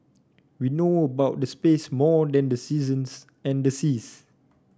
we know about space than the seasons and the seas